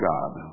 God